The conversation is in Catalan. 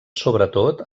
sobretot